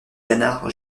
canards